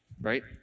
right